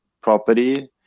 property